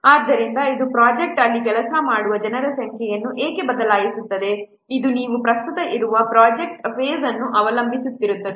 ಆದ್ದರಿಂದ ಇದು ಪ್ರೊಜೆಕ್ಟ್ ಅಲ್ಲಿ ಕೆಲಸ ಮಾಡುವ ಜನರ ಸಂಖ್ಯೆಯನ್ನು ಏಕೆ ಬದಲಾಯಿಸುತ್ತದೆ ಇದು ನೀವು ಪ್ರಸ್ತುತ ಇರುವ ಪ್ರೊಜೆಕ್ಟ್ ಫೇಸ್ ಅನ್ನು ಅವಲಂಬಿಸಿರುತ್ತದೆ